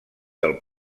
del